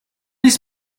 his